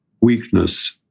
weakness